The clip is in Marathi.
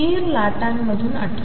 स्थिर लाटांमधून आठवा